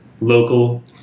Local